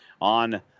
on